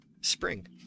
spring